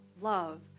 love